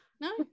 no